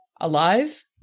Alive